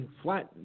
flat